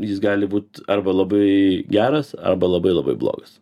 jis gali būt arba labai geras arba labai labai blogas